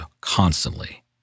constantly